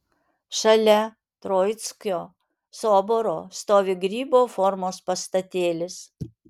šalia troickio soboro stovi grybo formos pastatėlis